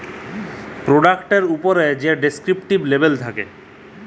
পরডাক্টের উপ্রে যে ডেসকিরিপ্টিভ লেবেল থ্যাকে